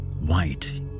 white